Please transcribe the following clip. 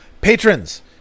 Patrons